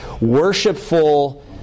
worshipful